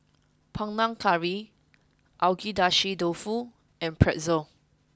Panang Curry Agedashi dofu and Pretzel